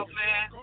man